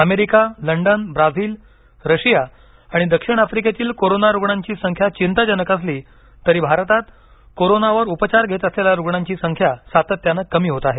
America London Brazil Russia आणि दक्षिण अफ्रिकेतील कोरोना रुग्णाची संख्या चिंताजनक असली तरी भारतात कोरोनावर उपचार घेत असलेल्या रुग्णांची संख्या सातत्यानं कमी होत आहे